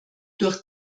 durch